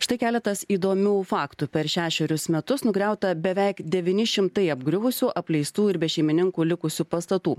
štai keletas įdomių faktų per šešerius metus nugriauta beveik devyni šimtai apgriuvusių apleistų ir be šeimininkų likusių pastatų